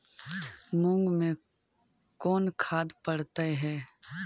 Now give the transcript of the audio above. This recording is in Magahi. मुंग मे कोन खाद पड़तै है?